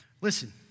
Listen